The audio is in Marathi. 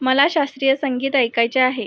मला शास्त्रीय संगीत ऐकायचे आहे